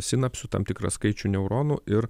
sinapsių tam tikrą skaičių neuronų ir